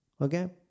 Okay